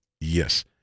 Yes